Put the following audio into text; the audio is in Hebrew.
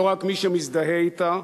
לא רק מי שמזדהה אתה,